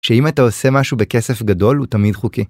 שאם אתה עושה משהו בכסף גדול הוא תמיד חוקי.